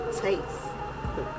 taste